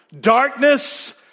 Darkness